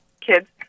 kids